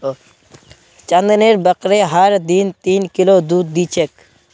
चंदनेर बकरी हर दिन तीन किलो दूध दी छेक